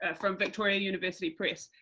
ah from victoria university press,